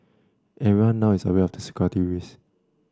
everyone now is aware of the security risk